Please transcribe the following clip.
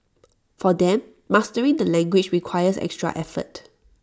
for them mastering the language requires extra effort